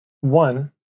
One